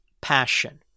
passion